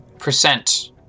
Percent